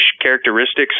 characteristics